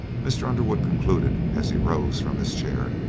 mr. underwood concluded as he rose from his chair.